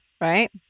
Right